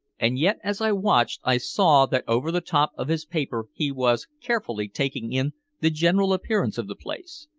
and yet as i watched i saw that over the top of his paper he was carefully taking in the general appearance of the place,